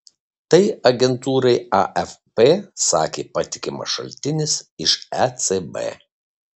tai agentūrai afp sakė patikimas šaltinis iš ecb